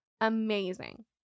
amazing